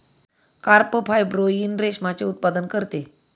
carp fibroin रेशमाचे उत्पादन करते